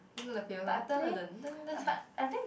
you know the famous one